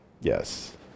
Yes